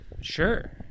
sure